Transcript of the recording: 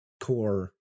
core